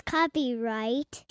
Copyright